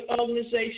organization